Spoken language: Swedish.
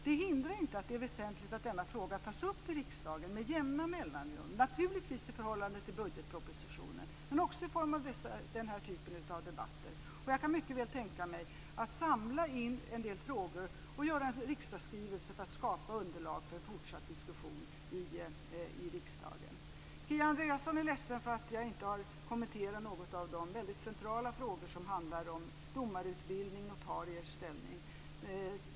Det hindrar inte att denna fråga tas upp i riksdagen med jämna mellanrum, naturligtvis i förhållande till budgetpropositionen, men också i form av den här typen av debatter. Jag kan mycket väl tänka mig att samla en del frågor i en regeringsskrivelse för att skapa underlag för en fortsatt diskussion i riksdagen. Kia Andreasson är ledsen för att jag inte har kommenterat några av de väldigt centrala frågor som handlar om domarutbildning och notariers ställning.